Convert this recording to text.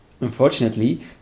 unfortunately